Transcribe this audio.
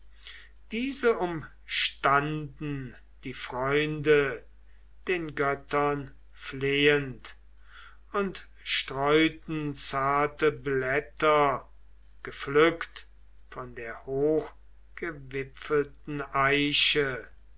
diese umstanden die freunde den göttern flehend und streuten zarte blätter gepflückt von der hochgewipfelten eiche